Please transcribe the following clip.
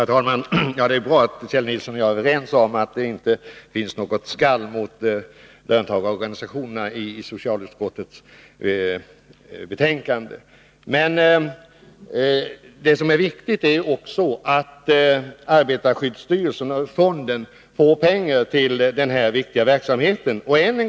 Herr talman! Det är bra att Kjell Nilsson och jag är överens om att det inte finns något skall mot löntagarorganisationerna i socialutskottets betänkande. Det som emellertid är viktigt är att arbetarskyddsstyrelsen och arbetarskyddsfonden får pengar till den viktiga verksamhet det här gäller.